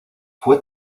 fue